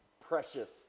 precious